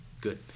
good